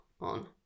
on